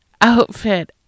outfit